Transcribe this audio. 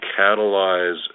catalyze